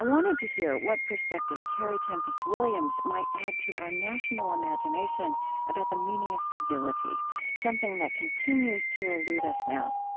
wanted to hear what perspective terry tempest williams might add to our national imagination about the meaning of civility something that continues to elude us now.